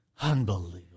Unbelievable